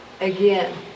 again